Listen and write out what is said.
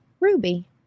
Ruby